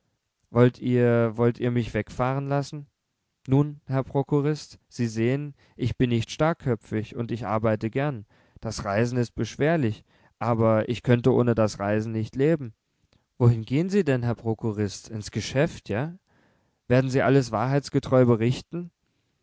wollt ihr wollt ihr mich wegfahren lassen nun herr prokurist sie sehen ich bin nicht starrköpfig und ich arbeite gern das reisen ist beschwerlich aber ich könnte ohne das reisen nicht leben wohin gehen sie denn herr prokurist ins geschäft ja werden sie alles wahrheitsgetreu berichten